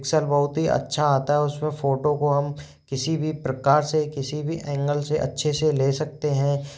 picture बहुत ही अच्छा आता है उस में फ़ोटो को हम किसी भी प्रकार से किसी भी एंगल से अच्छे से ले सकते हैं